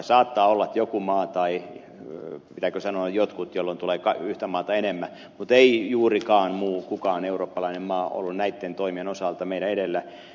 saattaa olla että oli joku maa tai pitääkö sanoa jotkut mikä merkitsee enemmän kuin yksi maa mutta ei juurikaan mikään muu eurooppalainen maa ollut näitten toimien osalta meidän edellämme